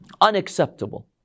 unacceptable